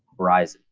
horizon.